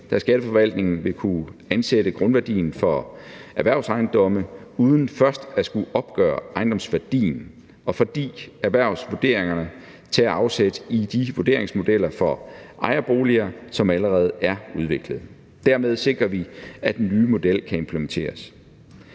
skatteforvaltningen vil kunne ansætte grundværdien for erhvervsejendomme uden først at skulle opgøre ejendomsværdien, og da erhvervsvurderingerne tager afsæt i de vurderingsmodeller for ejerboliger, som allerede er udviklet. Dermed sikrer vi, at den nye model kan implementeres.